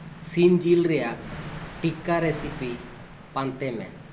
ᱥᱤᱢ ᱡᱤᱞ ᱨᱮᱭᱟᱜ ᱴᱤᱠᱠᱟ ᱨᱮᱥᱤᱯᱤ ᱯᱟᱱᱛᱮ ᱢᱮ